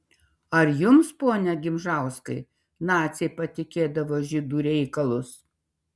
ar jums pone gimžauskai naciai patikėdavo žydų reikalus